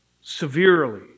severely